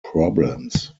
problems